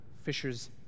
fishers